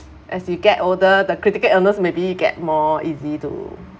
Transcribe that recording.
as you get older the critical illness maybe get more easy to